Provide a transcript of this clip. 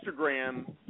Instagram